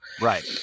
Right